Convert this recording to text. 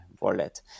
wallet